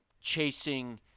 chasing